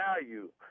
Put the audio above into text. value